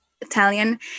Italian